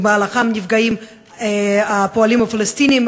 שבמהלכם נפגעים הפועלים הפלסטינים,